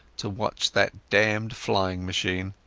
to watch that damned flying machine.